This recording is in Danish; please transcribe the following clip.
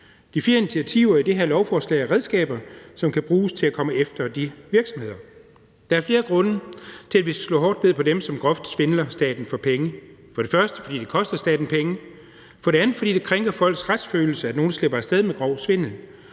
De fire initiativer i det her lovforslag er redskaber, som kan bruges til at komme efter de virksomheder. Der er flere grunde til, at vi skal slå hårdt ned på dem, som groft snyder staten for penge. Det er for det første, fordi det koster staten penge, for det andet, fordi det krænker folks retsfølelse, at nogle slipper af sted med svindel,